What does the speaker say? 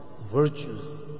virtues